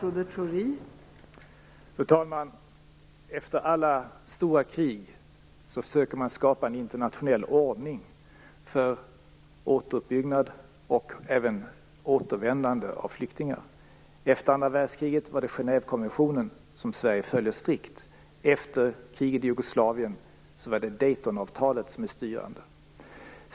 Fru talman! Efter alla stora krig söker man skapa en internationell ordning för återuppbyggnad och även för återvändande av flyktingar. Efter andra världskriget följde Sverige strikt Genèvekonventionen. Efter kriget i Jugoslavien är det Daytonavtalet som är styrande.